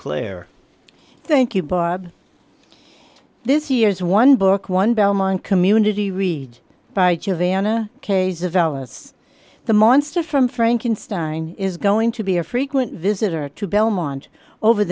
claire thank you bob this year's one book one belmont community read by jovana k s of alice the monster from frankenstein is going to be a frequent visitor to belmont over